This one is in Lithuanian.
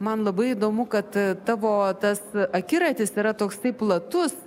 man labai įdomu kad tavo tas akiratis yra toks platus